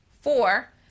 Four